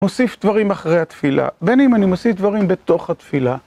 מוסיף דברים אחרי התפילה, בין אם אני מוסיף דברים בתוך התפילה.